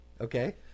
Okay